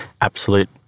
Absolute